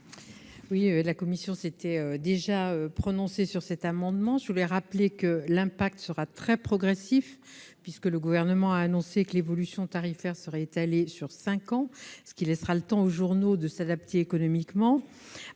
? La commission spéciale s'est déjà prononcée sur cet amendement. Je le rappelle, l'impact de la mesure sera très progressif, puisque le Gouvernement a annoncé que l'évolution tarifaire serait étalée sur cinq ans, ce qui laissera le temps aux journaux de s'adapter économiquement.